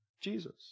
Jesus